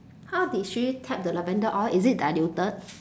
how did she tap the lavender oil is it diluted